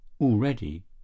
already